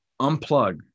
unplug